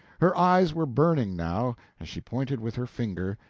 her eyes were burning now, as she pointed with her finger,